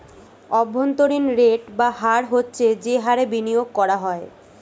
অভ্যন্তরীণ রেট বা হার হচ্ছে যে হারে বিনিয়োগ করা হয়